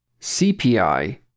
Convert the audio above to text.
CPI